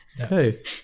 Okay